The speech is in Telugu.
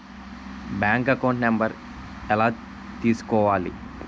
బ్యాంక్ అకౌంట్ నంబర్ ఎలా తీసుకోవాలి?